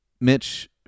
Mitch